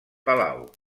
palau